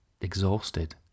exhausted